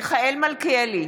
מיכאל מלכיאלי,